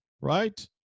right